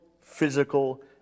physical